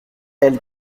elle